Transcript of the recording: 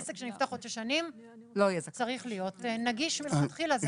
הוא צריך להיות נגיש מלכתחילה.